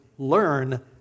learn